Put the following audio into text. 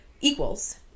equals